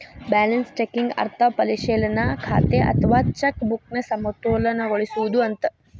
balance checking ಅರ್ಥ ಪರಿಶೇಲನಾ ಖಾತೆ ಅಥವಾ ಚೆಕ್ ಬುಕ್ನ ಸಮತೋಲನಗೊಳಿಸೋದು ಅಂತ